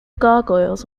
gargoyles